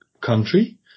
country